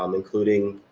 um including